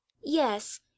yes